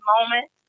moment